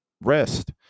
rest